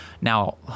now